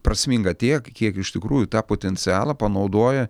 prasminga tiek kiek iš tikrųjų tą potencialą panaudoja